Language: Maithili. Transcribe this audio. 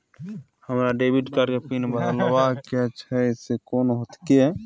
हमरा डेबिट कार्ड के पिन बदलवा के छै से कोन होतै?